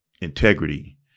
integrity